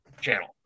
channel